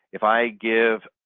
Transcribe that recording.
if i give